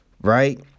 right